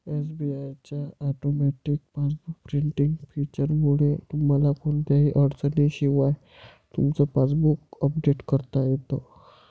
SBI च्या automatic passbook printing फीचरमुळे तुम्हाला कोणत्याही अडचणीशिवाय तुमचं पासबुक अपडेट करता येतं